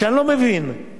אני פשוט לא מבין את